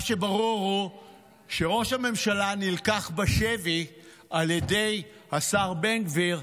מה שברור הוא שראש הממשלה נלקח בשבי על ידי השר בן גביר,